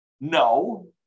No